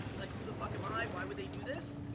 like who the fuck am i? why would they do this?